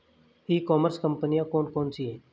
ई commerce कंपनियाँ कौन कौन सी हैं?